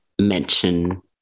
Mention